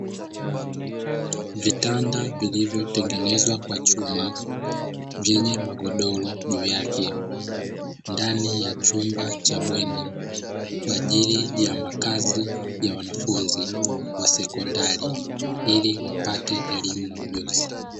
Vitanda vilivyotengenezwa kwa chuma vyenye magodoro juu yake ndani ya chumba cha bweni, kwa ajili ya makazi ya wanafunzi wa sekondari ili wapate elimu na ujuzi.